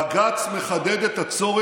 רוב עצום בעם מסכים שצריך לבצע תיקונים במערכת